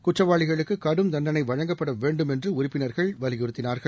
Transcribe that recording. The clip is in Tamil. குற்றவாளிகளுக்கு கடும் தண்டனை வழங்கப்பட வேண்டும் என்று உறுப்பினர்கள் வலியுறுத்தினார்கள்